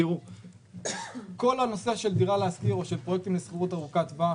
תראו כל הנושא של דירה להשכיר הוא שפרויקטים לשכירות ארוכת טווח